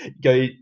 go